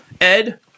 Ed